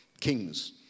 kings